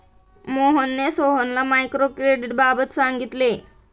मोहनने सोहनला मायक्रो क्रेडिटबाबत सांगितले